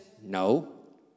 no